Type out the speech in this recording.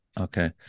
Okay